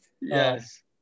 Yes